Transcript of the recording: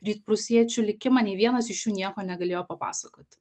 rytprūsiečių likimą nei vienas iš jų nieko negalėjo papasakoti